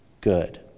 good